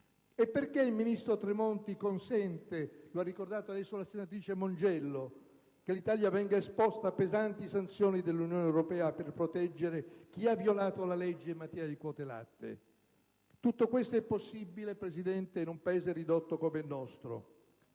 Perché il ministro Tremonti consente - l'ha ricordato poco fa la senatrice Mongiello - che l'Italia venga esposta a pesanti sanzioni dell'Unione europea per proteggere chi ha violato la legge in materia di quote latte? Tutto ciò è possibile, signora Presidente, in un Paese ridotto come il nostro: